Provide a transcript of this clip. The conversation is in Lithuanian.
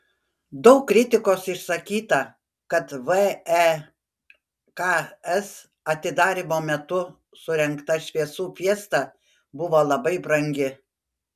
daug kritikos išsakyta kad veks atidarymo metu surengta šviesų fiesta buvo labai brangi